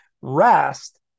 rest